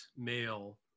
male